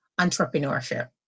entrepreneurship